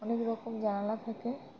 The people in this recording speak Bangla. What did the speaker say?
অনেক রকম জানালা থাকে